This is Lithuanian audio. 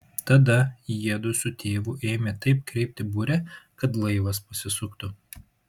tada jiedu su tėvu ėmė taip kreipti burę kad laivas pasisuktų